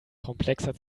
komplexer